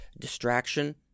distraction